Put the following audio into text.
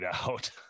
out